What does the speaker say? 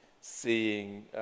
seeing